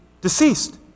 deceased